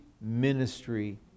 ministry